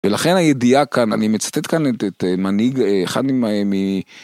יום אחד רים הלכה לים